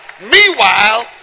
meanwhile